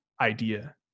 idea